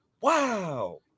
wow